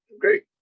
Great